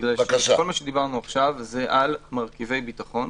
כל מה שדיברנו עכשיו זה על מרכיבי ביטחון.